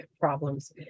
problems